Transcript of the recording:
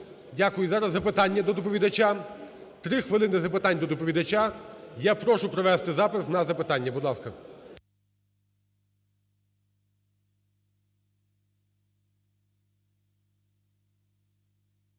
Дякую. Зараз запитання до доповідача. Три хвилини запитань до доповідача. Я прошу провести запис на запитання. Будь ласка.